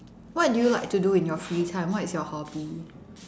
what do you like to do in your free time what is your hobby